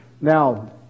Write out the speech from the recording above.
Now